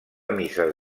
misses